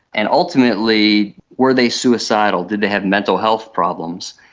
and ultimately were they suicidal? did they have mental health problems?